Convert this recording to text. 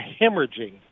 hemorrhaging